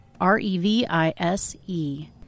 R-E-V-I-S-E